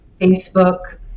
Facebook